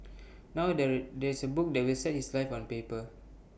now there there is A book that will set his life on paper